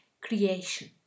creation